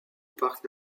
parc